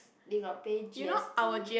they got pay G_S_T